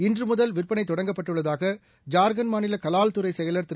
இன்று முதல் விற்பனை தொடங்கப்பட்டுள்ளதாக ஜார்க்கண்ட் மாநில கலால்துறை செயலா் திரு